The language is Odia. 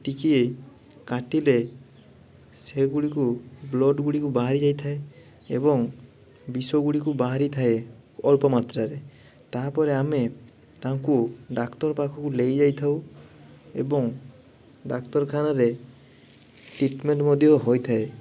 ଟିକିଏ କାଟିଲେ ସେଗୁଡ଼ିକୁ ବ୍ଲଡ଼୍ଗୁଡ଼ିକୁ ବାହାରି ଯାଇଥାଏ ଏବଂ ବିଷଗୁଡ଼ିକୁ ବାହାରିଥାଏ ଅଳ୍ପ ମାତ୍ରାରେ ତାହା ପରେ ଆମେ ତାଙ୍କୁ ଡାକ୍ତର ପାଖକୁ ନେଇଯାଇଥାଉ ଏବଂ ଡାକ୍ତରଖାନାରେ ଟ୍ରିଟ୍ମେଣ୍ଟ ମଧ୍ୟ ହୋଇଥାଏ